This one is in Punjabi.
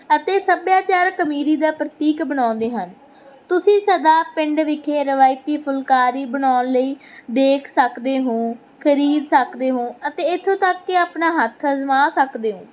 ਅਤੇ ਸੱਭਿਆਚਾਰ ਅਮੀਰੀ ਦਾ ਪ੍ਰਤੀਕ ਬਣਾਉਂਦੇ ਹਨ ਤੁਸੀਂ ਸਦਾ ਪਿੰਡ ਵਿਖੇ ਰਵਾਇਤੀ ਫੁਲਕਾਰੀ ਬਣਾਉਣ ਲਈ ਦੇਖ ਸਕਦੇ ਹੋ ਖਰੀਦ ਸਕਦੇ ਹੋ ਅਤੇ ਇੱਥੋਂ ਤੱਕ ਕਿ ਆਪਣਾ ਹੱਥ ਅਜ਼ਮਾ ਸਕਦੇ ਹੋ